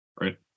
right